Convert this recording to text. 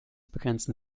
begrenzten